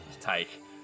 take